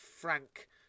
frank